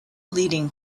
leading